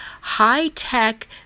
high-tech